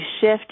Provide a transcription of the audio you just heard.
shift